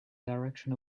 direction